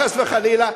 חס וחלילה,